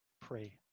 pray